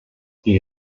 die